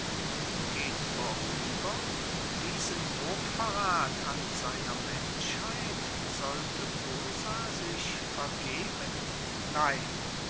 und geht vorüber diesen hochverrat an seiner menschheit sollte posa sich vergeben nein